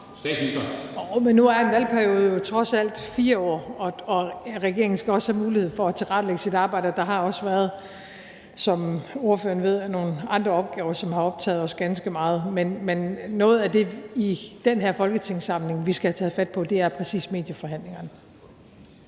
nu er en valgperiode jo trods alt 4 år, og regeringen skal også have mulighed for at tilrettelægge sit arbejde, og der har også været – som ordføreren ved – nogle andre opgaver, som har optaget os ganske meget. Men noget af det, vi i den her folketingssamling skal have taget fat på, er præcis medieforhandlingerne.